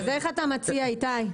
אז איך אתה מציע, איתי?